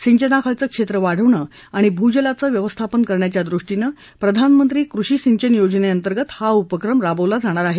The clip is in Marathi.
सिंचनाखालचं क्षेत्र वाढवणं आणि भूजलाचं व्यवस्थापन करण्याच्या दृष्टीनं प्रधानमंत्री कृषी सिंचन योजनेअंतर्गत हा उपक्रम राबवला जाणार आहे